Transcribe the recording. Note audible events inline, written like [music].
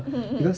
[laughs]